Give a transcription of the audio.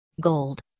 Gold